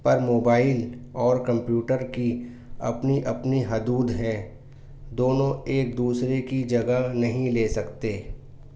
پر mobile اور computer کی اپنی اپنی حدود ہیں دونوں ایک دوسرے کی جگہ نہیں لے سکتے